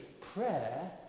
Prayer